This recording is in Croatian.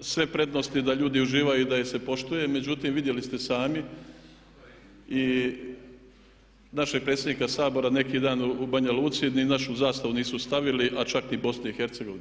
sve prednosti da ljudi uživaju i da ih se poštuje, međutim vidjeli ste i sami i našeg predsjednika Sabora neki dan u Banja Luci ni našu zastavu nisu stavili, a čak ni BiH.